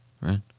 right